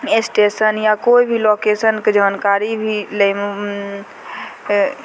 station या कोइ भी लोकेशनके जानकारी भी लै मे